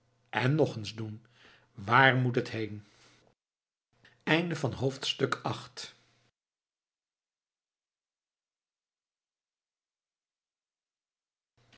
en nog eens doen waar moet het heen